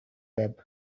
web